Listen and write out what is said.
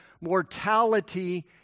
mortality